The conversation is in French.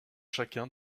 chacun